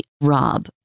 ROB